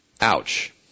ouch